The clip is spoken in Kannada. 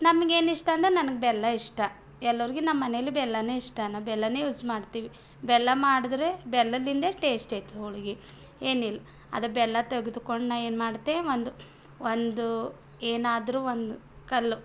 ನಮಗೆ ಏನು ಇಷ್ಟ ಅಂದರೆ ನನಗೆ ಬೆಲ್ಲ ಇಷ್ಟ ಎಲ್ಲರಿಗೂ ನಮ್ಮನೆಯಲ್ಲಿ ಬೆಲ್ಲವೇ ಇಷ್ಟ ನಾವು ಬೆಲ್ಲನೇ ಯೂಸ್ ಮಾಡ್ತೀವಿ ಬೆಲ್ಲ ಮಾಡಿದರೆ ಬೆಲ್ಲದಿಂದ್ಲೇ ಟೇಸ್ಟ್ ಐತಿ ಹೋಳಿಗೆ ಏನಿಲ್ಲ ಅದು ಬೆಲ್ಲ ತೆಗೆದುಕೊಂಡು ನಾನು ಏನು ಮಾಡ್ತೆ ಒಂದು ಒಂದು ಏನಾದ್ರೂ ಒಂದು ಕಲ್ಲು